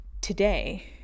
today